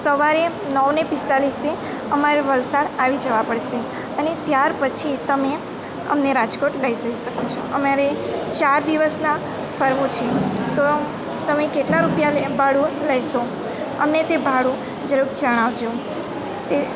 સવારે નવને પિસ્તાલીસે અમારે વલસાડ આવી જવા પડશે અને ત્યાર પછી તમે અમને રાજકોટ લઈ જઈ શકો છો અમારે ચાર દિવસના ફરવું છે તો તમે કેટલા રૂપિયા ભાડું લેશો અમને તે ભાડું જરાક જણાવજો તે